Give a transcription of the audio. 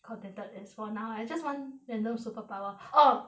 contended as for now I just want random superpower oh